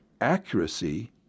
accuracy